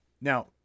Now